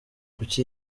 kuki